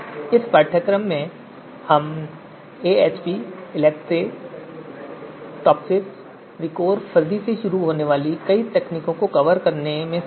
इस पाठ्यक्रम में हम AHP ELECTRE TOPSIS VIKOR fuzzy से शुरू होने वाली कई तकनीकों को कवर करने में सक्षम हैं